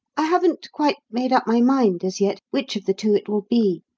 i haven't quite made up my mind as yet which of the two it will be.